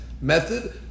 method